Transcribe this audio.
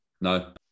No